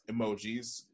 emojis